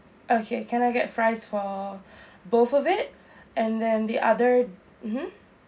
okay can I get fries for both of it and then the other mmhmm